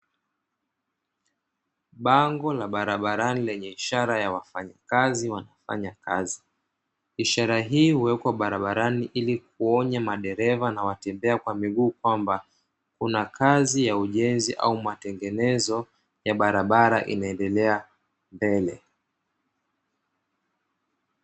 Bango la barabarani lenye ishara ya wafanyakazi wanafanya kazi, ishara hii huwekwa barabarani ili kuonya madereva na watembea kwa miguu kwamba kuna kazi ya ujenzi au matengenezo ya barabara inaendelea mbele.